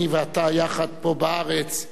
אני ואתה יחד פה בארץ,